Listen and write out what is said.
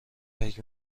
فکر